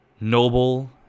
noble